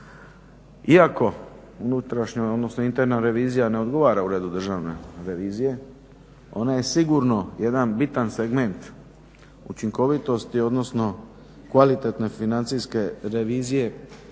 interna revizija ne odgovara Uredu državne revizije ona je sigurno jedan bitan segment učinkovitosti, odnosno kvalitetne financijske revizije